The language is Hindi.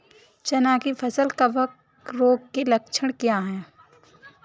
चना की फसल कवक रोग के लक्षण क्या है?